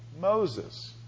Moses